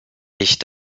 ich